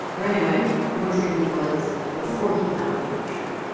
or any way, more free than he was before he found the emotion